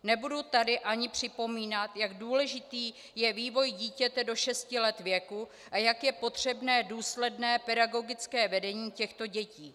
Nebudu tady ani připomínat, jak důležitý je vývoj dítěte do šesti let věku a jak je potřebné důsledné pedagogické vedení těchto dětí.